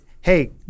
hey